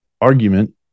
argument